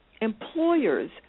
Employers